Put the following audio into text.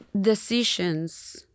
decisions